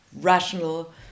rational